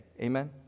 Amen